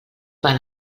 val